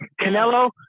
Canelo